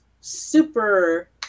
super